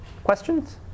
Questions